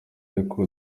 ariko